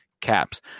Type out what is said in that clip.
caps